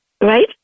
Right